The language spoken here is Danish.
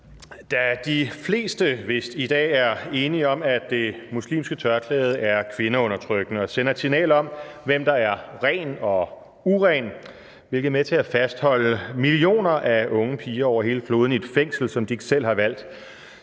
Da de fleste vist i dag er enige om, at det muslimske tørklæde er kvindeundertrykkende og sender et signal om, hvem der ren og uren, hvilket er med til at fastholde millioner af unge piger over hele kloden i et fængsel, som de ikke selv har valgt,